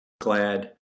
glad